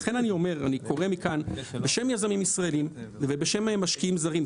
לכן אני קורא מכאן בשם יזמים ישראלים ובשם משקיעים זרים,